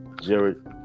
jared